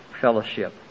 fellowship